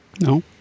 No